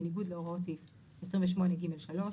בניגוד להוראות סעיף 28(ג)(3).